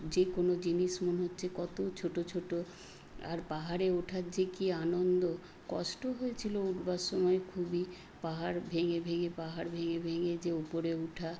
যে কোনও জিনিস মনে হচ্ছে কত ছোট ছোট আর পাহাড়ে ওঠার যে কী আনন্দ কষ্ট হয়েছিল উঠবার সময় খুবই পাহাড় ভেঙে ভেঙে পাহাড় ভেঙে ভেঙে যে উপরে ওঠা